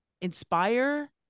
inspire